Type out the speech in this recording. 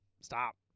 Stop